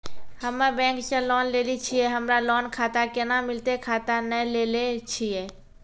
हम्मे बैंक से लोन लेली छियै हमरा लोन खाता कैना मिलतै खाता नैय लैलै छियै?